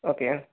okay ആ